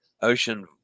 Ocean